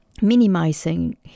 minimizing